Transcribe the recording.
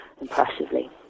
impressively